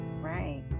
right